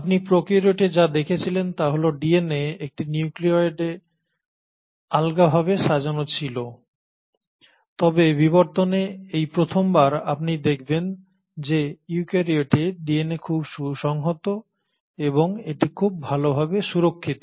আপনি প্রোক্যারিওটে যা দেখেছিলেন তা হল ডিএনএ একটি নিউক্লায়য়েডে আলগা ভাবে সাজানো ছিল তবে বিবর্তনে এই প্রথমবার আপনি দেখবেন যে ইউক্যারিওটে ডিএনএ খুব সুসংহত এবং এটি খুব ভালভাবে সুরক্ষিত